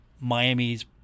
Miami's